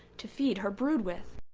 to feed her brood with.